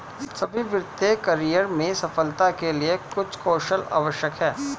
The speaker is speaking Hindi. सभी वित्तीय करियर में सफलता के लिए कुछ कौशल आवश्यक हैं